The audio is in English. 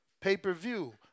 pay-per-view